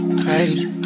crazy